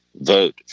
vote